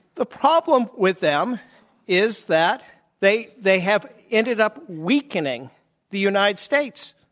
the problem with them is that they they have ended up weakening the united states.